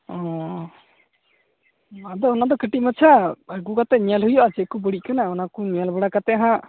ᱚᱸᱻ ᱟᱫᱚ ᱚᱱᱟ ᱫᱚ ᱠᱟᱹᱴᱤᱡ ᱢᱟᱪᱷᱟ ᱟᱹᱜᱩ ᱠᱟᱛᱮ ᱧᱮᱞ ᱦᱩᱭᱩᱜᱼᱟ ᱪᱮᱫ ᱠᱚ ᱵᱟᱹᱲᱤᱡ ᱟᱠᱟᱱᱟ ᱚᱱᱟ ᱠᱚ ᱧᱮᱞ ᱵᱟᱲᱟ ᱠᱟᱛᱮ ᱦᱟᱸᱜ